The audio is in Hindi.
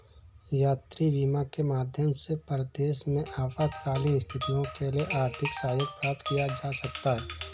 यात्री बीमा के माध्यम से परदेस में आपातकालीन स्थितियों के लिए आर्थिक सहयोग प्राप्त किया जा सकता है